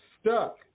stuck